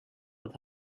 with